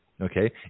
okay